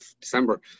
December